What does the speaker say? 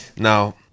Now